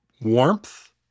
warmth